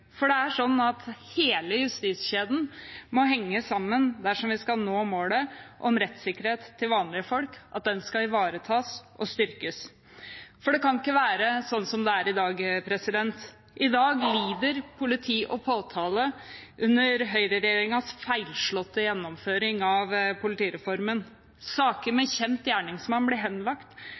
kan ikke være sånn som det er i dag. I dag lider politi og påtale under høyreregjeringens feilslåtte gjennomføring av politireformen. Saker med kjent gjerningsmann blir henlagt.